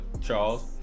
Charles